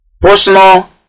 Personal